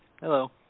Hello